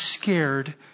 scared